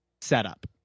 setup